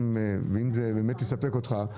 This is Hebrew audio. אם זה יספק אותך,